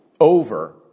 over